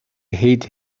hate